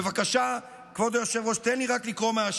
בבקשה, כבוד היושב-ראש, תן לי רק לקרוא מהשיר.